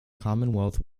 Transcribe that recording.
commonwealth